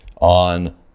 on